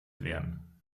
werden